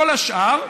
כל השאר,